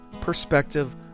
perspective